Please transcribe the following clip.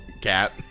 cat